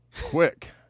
Quick